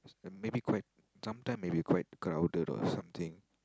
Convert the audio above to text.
uh maybe quite sometime maybe quite crowded or something